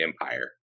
empire